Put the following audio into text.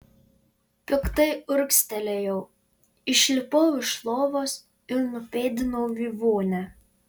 piktai urgztelėjau išlipau iš lovos ir nupėdinau į vonią